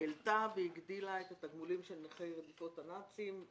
העלתה והגדילה את התגמולים של נכי רדיפות הנאצים,